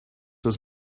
his